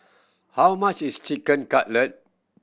how much is Chicken Cutlet